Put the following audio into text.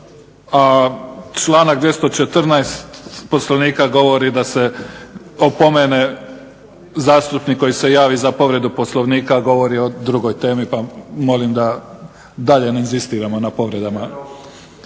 a članak 214. Poslovnika govori da se opomene zastupnik koji se javi za povredu Poslovnika govori o drugoj temi pa molim da dalje ne inzistiramo na povredama.